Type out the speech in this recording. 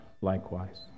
likewise